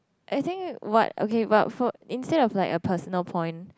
I think what okay but for instead of like a personal point